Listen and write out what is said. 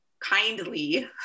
kindly